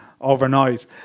overnight